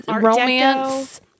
romance